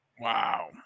Wow